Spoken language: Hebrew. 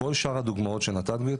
לכל שאר הדוגמאות שנתת יש